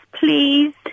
Please